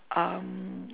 um